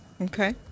okay